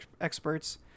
experts